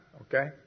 Okay